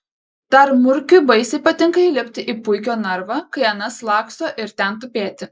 dar murkiui baisiai patinka įlipti į puikio narvą kai anas laksto ir ten tupėti